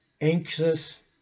anxious